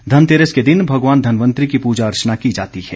धनतेरस के दिन भगवान धनवंतरि की पूजा अर्चना की जाती है